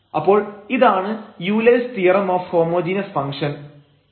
അപ്പോൾ ഇതാണ് Euler's theorem on homogeneous function Euler's theorem on homogeneous function